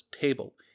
table